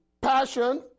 passion